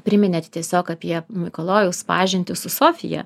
priiminėt tiesiog apie mikalojaus pažintį su sofija